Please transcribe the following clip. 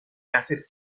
láser